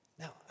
Now